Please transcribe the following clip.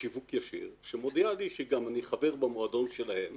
שיווק ישיר שמודיעה לי שאני חבר במועדון שלהם